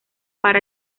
para